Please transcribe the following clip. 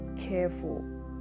careful